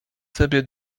sobie